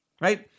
right